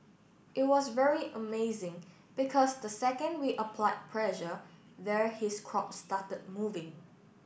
it was very amazing because the second we applied pressure there his crop started moving